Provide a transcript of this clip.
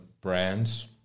brands